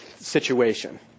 situation